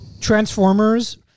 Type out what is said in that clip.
Transformers